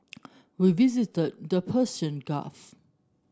we visited the Persian Gulf